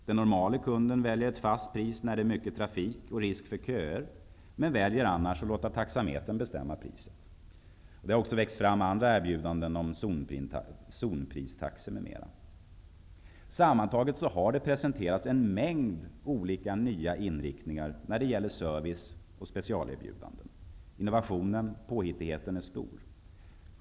Den normale kunden väljer ett fast pris när det är mycket trafik och risk för köer, men väljer annars att låta taxametern bestämma priset. Det har också växt fram andra erbjudanden om zonpristaxor m.m. Sammantaget har det presenterats en mängd olika nya inriktningar när det gäller service och specialerbjudanden. Innovationen och påhittigheten är stor.